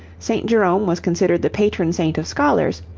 st. jerome was considered the patron saint of scholars,